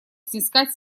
снискать